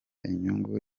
inyungu